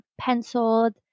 penciled